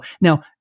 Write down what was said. now